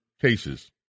cases